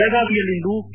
ಬೆಳಗಾವಿಯಲ್ಲಿಂದು ಕೆ